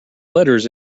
letters